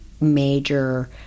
major